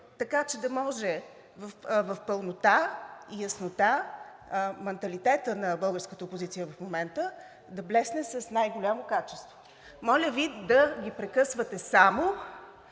така че да може в пълнота и яснота манталитетът на българската опозиция в момента да блесне с най-голямо качество. Моля Ви да ги прекъсвате само